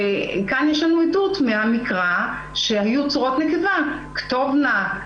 וכאן יש לנו עדות מהמקרא שהיו צורות נקבה: "כתובנה".